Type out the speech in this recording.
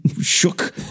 shook